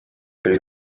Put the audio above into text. küll